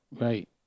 right